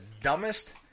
dumbest